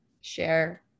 share